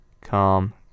calm